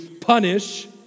punish